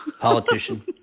Politician